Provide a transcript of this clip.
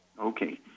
Okay